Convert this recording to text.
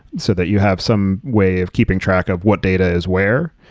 so that you have some way of keeping track of what data is where,